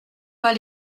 pas